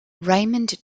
raymond